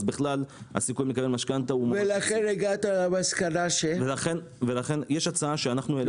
בכלל הסיכוי לקבל משכנתא לכן המסקנה שלי- -- יש גם